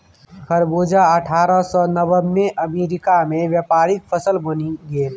खरबूजा अट्ठारह सौ नब्बेमे अमेरिकामे व्यापारिक फसल बनि गेल